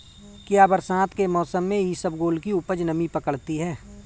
क्या बरसात के मौसम में इसबगोल की उपज नमी पकड़ती है?